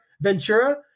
Ventura